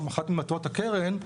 או אחת ממטרות הקרן,